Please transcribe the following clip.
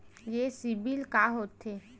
ये सीबिल का होथे?